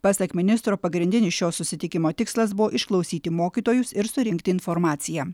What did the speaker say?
pasak ministro pagrindinis šio susitikimo tikslas buvo išklausyti mokytojus ir surinkti informaciją